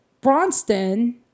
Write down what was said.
Bronston